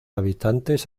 habitantes